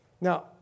Now